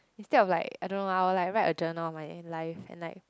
instead of like I don't know I will like write a journal of my life and like